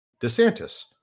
DeSantis